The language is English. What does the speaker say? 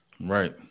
right